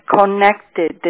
connected